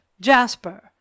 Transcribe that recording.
Jasper